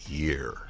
year